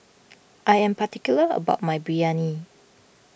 I am particular about my Biryani